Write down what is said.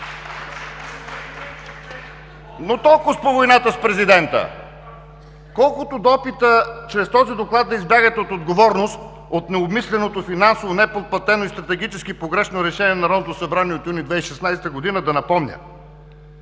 Толкова по войната с президента. Колкото до опита чрез този Доклад да избягате от отговорност от необмисленото, финансово неподплатено и стратегически погрешно решение на Народното събрание от месец юни 2016 г., да напомня: